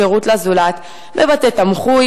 שירות לזולת בבתי-תמחוי,